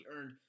earned